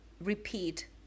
repeat